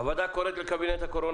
הוועדה קוראת לקבינט הקורונה,